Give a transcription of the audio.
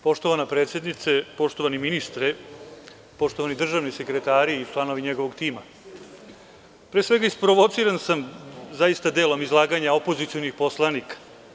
Poštovana predsednice, poštovani ministre, poštovani državni sekretari i članovi njegovog tima, pre svega isprovociran sam zaista delom izlaganja opozicionih poslanika.